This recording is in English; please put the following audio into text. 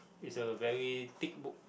is a very thick book